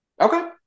Okay